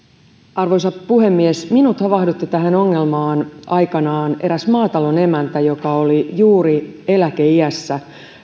arvoisa puhemies minut havahdutti tähän ongelmaan aikanaan eräs maatalon emäntä joka oli juuri eläkeiässä